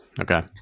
Okay